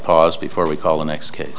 pause before we call the next case